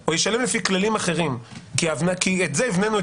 או לפי כללים אחרים כי זה הבנינו את